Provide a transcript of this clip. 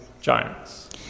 giants